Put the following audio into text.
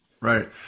Right